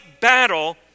battle